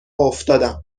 افتادم